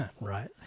Right